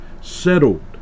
settled